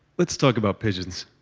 let's talk about pigeons.